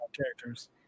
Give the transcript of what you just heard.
Characters